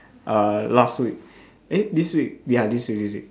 uh last week eh this week ya this week this week